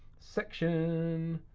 section.